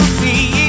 see